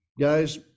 Guys